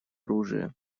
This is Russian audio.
оружия